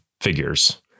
figures